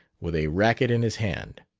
with a racquet in his hand.